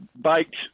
baked